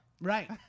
Right